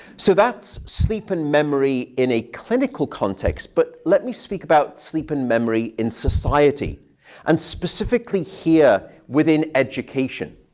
so that's sleep and memory in a clinical context. but let me speak about sleep and memory in society and specifically here within education.